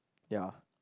yeah